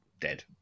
dead